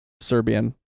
Serbian